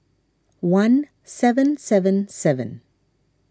one seven seven seven